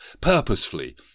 purposefully